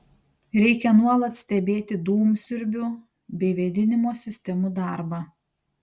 reikia nuolat stebėti dūmsiurbių bei vėdinimo sistemų darbą